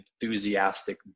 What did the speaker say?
enthusiastic